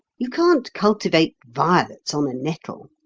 you can't cultivate violets on a nettle.